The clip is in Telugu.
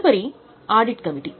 తదుపరిది ఆడిట్ కమిటీ